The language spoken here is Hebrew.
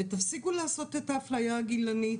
ותפסיקו לעשות את האפליה הגילנית,